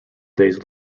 days